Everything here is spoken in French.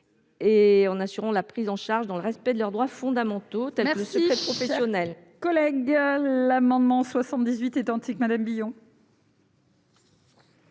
et en assurant leur prise en charge dans le respect de leurs droits fondamentaux, tels que le secret professionnel.